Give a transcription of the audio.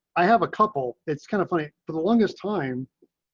i have a couple. it's kind of funny. for the longest time